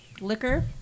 liquor